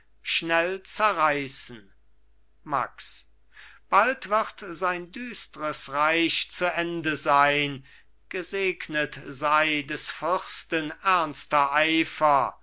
schnell zerreißen max bald wird sein düstres reich zu ende sein gesegnet sei des fürsten ernster eifer